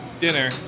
dinner